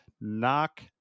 Knock